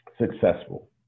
successful